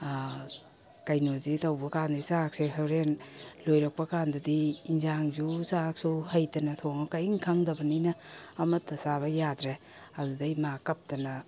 ꯀꯩꯅꯣꯁꯦ ꯇꯧꯕ ꯀꯥꯟꯁꯦ ꯆꯥꯛꯁꯦ ꯍꯣꯔꯦꯟ ꯂꯣꯏꯔꯛꯄ ꯀꯥꯟꯗꯗꯤ ꯑꯦꯟꯁꯥꯡꯁꯨ ꯆꯥꯛꯁꯨ ꯍꯩꯇꯅ ꯊꯣꯡꯉ ꯀꯩꯏꯝ ꯈꯪꯗꯕꯅꯤꯅ ꯑꯃꯇ ꯆꯥꯕ ꯌꯥꯗ꯭ꯔꯦ ꯑꯗꯨꯗꯒꯤ ꯃꯥ ꯀꯞꯇꯅ